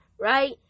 right